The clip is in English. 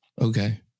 Okay